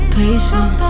patient